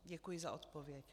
Děkuji za odpověď.